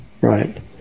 right